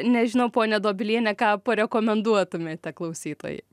nežinau ponia dobiliene ką parekomenduotumėte klausytojai